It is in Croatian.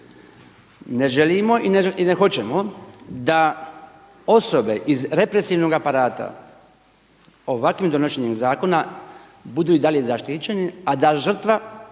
Ne želimo i ne hoćemo da osobe iz represivnog aparata ovakvim donošenjem zakona budu i dalje zaštićeni a da žrtva još